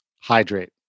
Hydrate